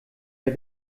der